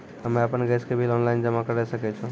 हम्मे आपन गैस के बिल ऑनलाइन जमा करै सकै छौ?